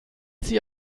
sie